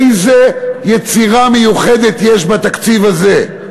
איזה יצירה מיוחדת יש בתקציב הזה?